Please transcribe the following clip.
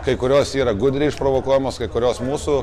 kai kurios yra gudriai išprovokuojamos kai kurios mūsų